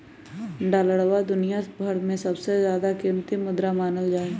डालरवा दुनिया भर में सबसे ज्यादा कीमती मुद्रा मानल जाहई